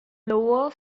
lower